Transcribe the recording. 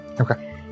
Okay